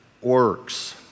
works